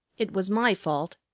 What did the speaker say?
it was my fault,